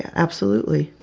absolutely.